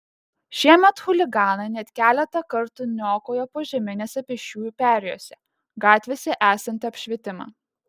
šiemet chuliganai net keletą kartų niokojo požeminėse pėsčiųjų perėjose gatvėse esantį apšvietimą